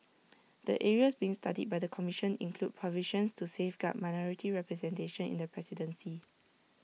the areas being studied by the commission include provisions to safeguard minority representation in the presidency